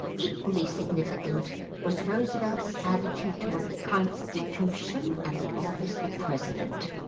equally significant was roosevelt's attitude toward the constitution and the office of president.